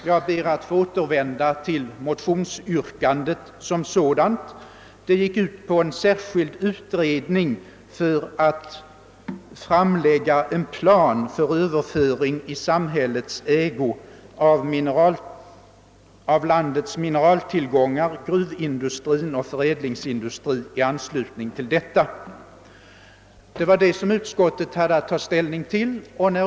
Jag ber att få återvända till motionsyrkandet som sådant, vilket gick ut på »tillsättandet av en särskild utredning med uppgiften att snarast framlägga en plan för överförande i samhällets ägo av landets mineraltillgångar samt gruvindustri och förädlingsindustri i anslutning till denna». Detta yrkande hade utskottet att ta ställning till.